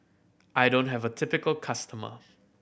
I don't have a typical customer